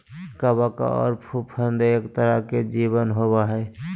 कवक आर फफूंद एगो तरह के जीव होबय हइ